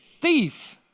thief